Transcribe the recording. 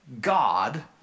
God